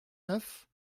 neuf